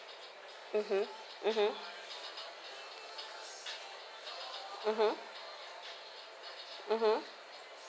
mmhmm